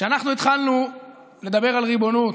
כשאנחנו התחלנו לדבר על ריבונות,